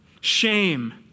Shame